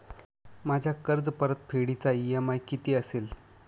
माझ्या कर्जपरतफेडीचा इ.एम.आय किती असेल?